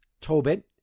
Tobit